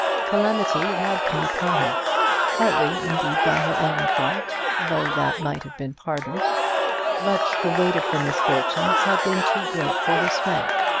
calamity had come upon her partly, indeed, by her own fault, though that might have been pardoned but the weight of her misfortunes had been too great for her strength,